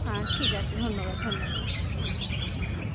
হ্যাঁ ঠিক আছে ধন্যবাদ ধন্যবাদ হ্যাঁ হ্যাঁ